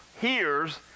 hears